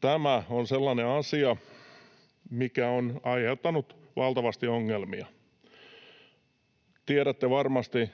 Tämä on sellainen asia, mikä on aiheuttanut valtavasti ongelmia. Tiedätte varmasti,